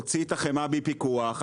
הוציא את החמאה מפיקוח,